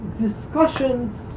discussions